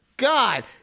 God